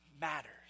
matters